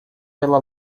pela